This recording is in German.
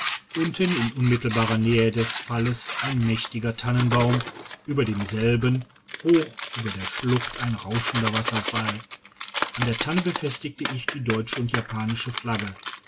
unten in unmittelbarer nähe des falles ein mächtiger tannenbaum über demselben hoch über der schlucht ein rauschender wasserfall an der tanne befestigte ich die deutsche und japanische flagge